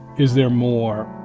is there more?